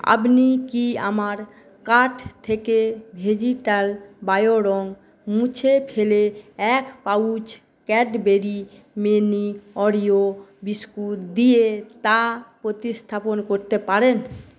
আপনি কি আমার কার্ট থেকে ভেজিটাল বায়ো রঙ মুছে ফেলে এক pouch Cadbury mini Oreo biscuit দিয়ে তা প্রতিস্থাপন করতে পারেন